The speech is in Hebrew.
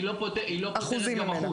היא לא פותרת גם אחוז.